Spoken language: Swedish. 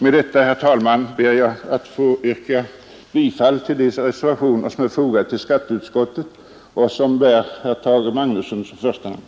Med detta, herr talman, ber jag att få yrka bifall till de reservationer som är fogade till skatteutskottets betänkande nr 32 med herr Magnusson i Borås som första namn.